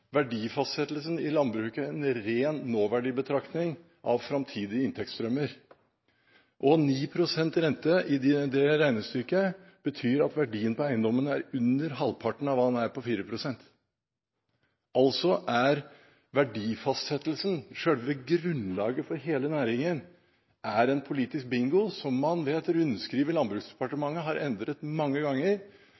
verdifastsettelsen i landbruket en ren nåverdibetraktning av framtidige inntektsstrømmer. 9 pst. rente i det regnestykket betyr at verdien på eiendommen er under halvparten av hva den er på 4 pst. Verdifastsettelsen, selve grunnlaget for hele næringen, er altså en politisk bingo som man